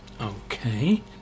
okay